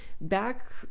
back